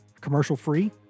commercial-free